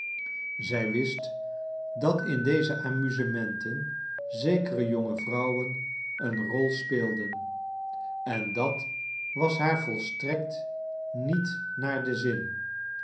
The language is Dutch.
zij wist dat in deze amusementen zekere jonge vrouwen een rol spoelden en dat was haar volstrekt niet naar den zin